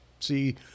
see